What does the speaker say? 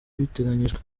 biteganyijwe